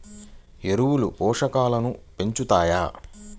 ఎరువులు పోషకాలను పెంచుతాయా?